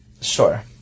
Sure